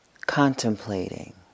contemplating